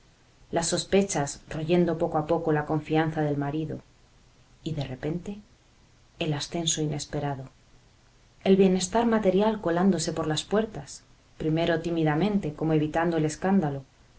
las sospechas royendo poco a poco la confianza del marido y de repente el ascenso inesperado el bienestar material colándose por las puertas primero tímidamente como evitando el escándalo